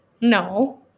No